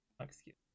Excuse